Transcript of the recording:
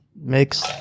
makes